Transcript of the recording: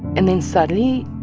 and then suddenly,